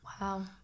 Wow